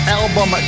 album